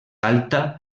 alta